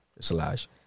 slash